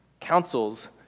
councils